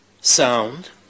sound